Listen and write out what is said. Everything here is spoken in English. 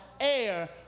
air